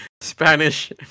spanish